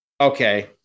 Okay